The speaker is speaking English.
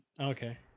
Okay